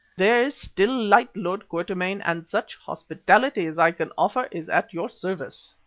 there is still light, lord quatermain, and such hospitality as i can offer is at your service.